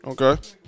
Okay